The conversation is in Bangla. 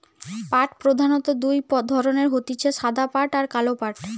পাট প্রধানত দুই ধরণের হতিছে সাদা পাট আর কালো পাট